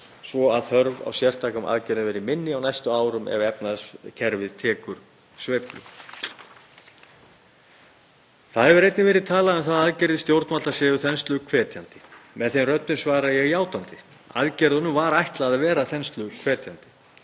svo þörf á sértækum aðgerðum verði minni á næstu árum ef efnahagskerfið tekur sveiflu. Einnig hefur verið talað um að aðgerðir stjórnvalda séu þensluhvetjandi. Þeim röddum svara ég játandi. Aðgerðunum var ætlað að vera þensluhvetjandi.